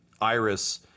Iris